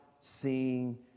seeing